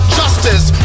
justice